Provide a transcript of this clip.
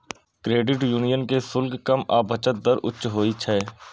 credit union के शुल्क कम आ बचत दर उच्च होइ छै